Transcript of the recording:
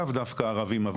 לאו דווקא ערבים,